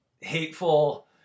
hateful